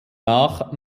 nach